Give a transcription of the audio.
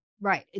Right